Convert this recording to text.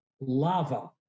lava